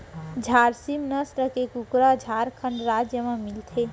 झारसीम नसल के कुकरा झारखंड राज म मिलथे